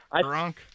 drunk